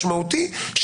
משמעותי,